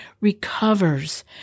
recovers